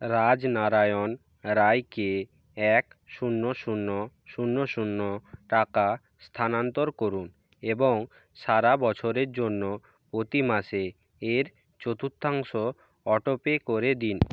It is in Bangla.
রাজনারায়ণ রায়কে এক শূন্য শূন্য শূন্য শূন্য টাকা স্থানান্তর করুন এবং সারা বছরের জন্য প্রতি মাসে এর চতুর্থাংশ অটোপে করে দিন